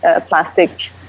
plastic